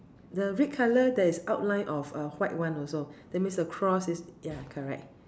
the red color there is outline of a white one also that means the cross is ya correct